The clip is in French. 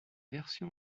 version